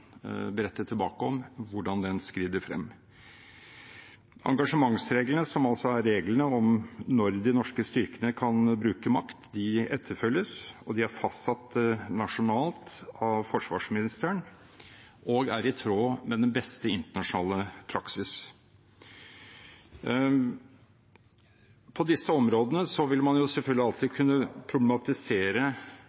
berette tilbake om – skrider frem. Engasjementsreglene, som er reglene om når de norske styrkene kan bruke makt, etterfølges. De er fastsatt nasjonalt av forsvarsministeren og er i tråd med den beste internasjonale praksis. På disse områdene vil man selvfølgelig alltid